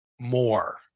more